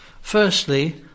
Firstly